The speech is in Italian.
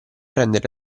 rendere